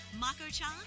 Mako-chan